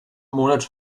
monat